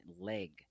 leg